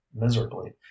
miserably